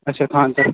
اچھا تنہٕ پیٚٹھ